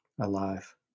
alive